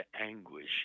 anguish